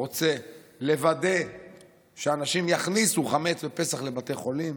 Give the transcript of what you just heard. רוצה לוודא שהאנשים יכניסו חמץ בפסח לבתי חולים,